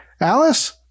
Alice